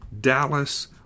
Dallas